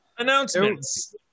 announcements